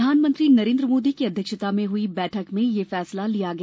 प्रधानमंत्री नरेन्द्र मोदी की अध्यक्षता में हई बैठक में यह फैसला लिया गया